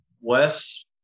Wes